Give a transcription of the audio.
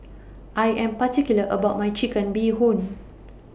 I Am particular about My Chicken Bee Hoon